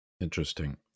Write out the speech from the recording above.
Interesting